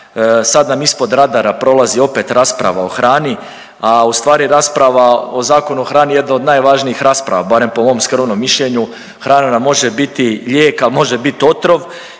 sad nam ispod radara prolazi opet rasprava o hrani, a ustvari rasprava o Zakonu o hrani jedna od najvažnijih rasprava, barem po mom skromnom mišljenju. Hrana nam može biti lijek, ali može biti otrov